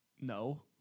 No